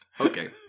Okay